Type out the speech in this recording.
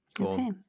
Okay